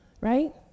right